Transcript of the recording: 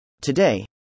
Today